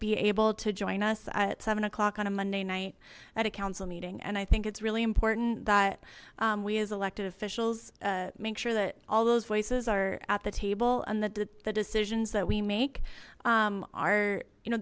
be able to join us at seven o'clock on a monday night at a council meeting and i think it's really important that we as elected officials make sure that all those voices are at the table and the decisions that we make are you know